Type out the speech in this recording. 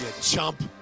chump